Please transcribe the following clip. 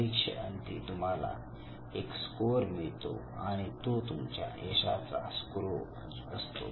परीक्षेअंती तुम्हाला एक स्कोअर मिळतो आणि तो तुमचा यशाचा स्कोअर असतो